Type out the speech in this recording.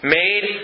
made